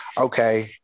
okay